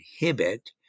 inhibit